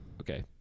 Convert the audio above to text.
Okay